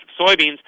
soybeans